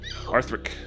Arthric